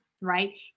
right